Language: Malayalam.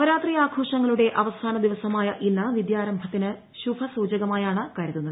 നവരാത്രി ആഘോഷങ്ങളുടെ അവസാന ദിവസമായ ഇന്ന് വിദ്യാരംഭത്തിന് ശുഭസൂചകമായാണ് കരുതുന്നത്